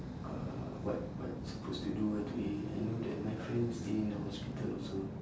uh what what's supposed to do ah today I know that my friend stay in the hospital also